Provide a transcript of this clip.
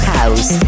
House